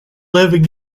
living